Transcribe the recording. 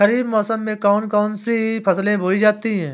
खरीफ मौसम में कौन कौन सी फसलें बोई जाती हैं?